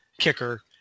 kicker